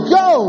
go